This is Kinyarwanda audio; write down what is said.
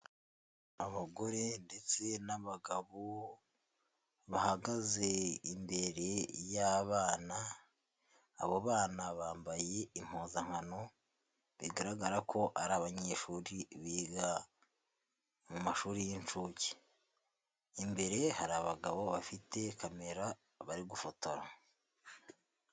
Abagore ndetse n'abagabo bahagaze imbere y'abana, abo bana bambaye impuzankano bigaragara ko ari abanyeshuri biga mu mashuri y'inshuke, imbere hari abagabo bafite kamera bari gufotora.